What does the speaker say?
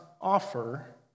offer